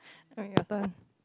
oh your turn